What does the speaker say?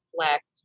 reflect